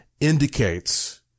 indicates